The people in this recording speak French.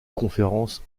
conférences